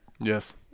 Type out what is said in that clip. yes